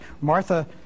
Martha